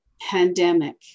pandemic